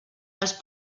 els